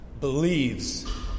Believes